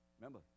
Remember